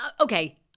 Okay